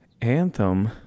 anthem